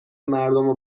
مردمو